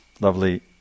lovely